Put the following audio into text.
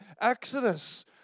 Exodus